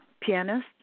pianist